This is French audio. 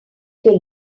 que